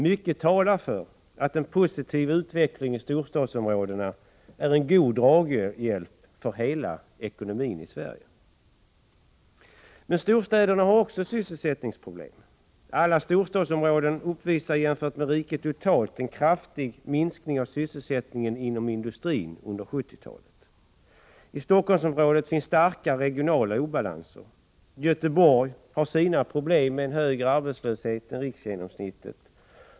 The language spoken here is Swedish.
Mycket talar för att en positiv utveckling i storstadsområdena är en god draghjälp för hela ekonomin i Sverige. Men storstäderna har också sysselsättningsproblem. Alla storstadsområden uppvisar jämfört med riket totalt en kraftig minskning av sysselsättningen inom industrin under 1970-talet. I Stockholmsområdet finns starka regionala obalanser. Göteborg har sina problem med en högre arbetslöshet än riksgenomsnittet.